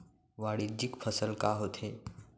वाणिज्यिक फसल का होथे?